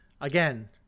Again